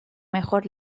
mejor